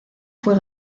fue